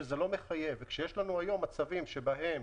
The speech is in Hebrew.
כשיש לנו היום מצבים שבהם